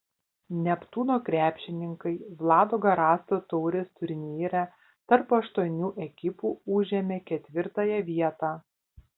neptūno krepšininkai vlado garasto taurės turnyre tarp aštuonių ekipų užėmė ketvirtąją vietą